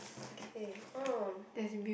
okay oh